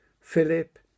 Philip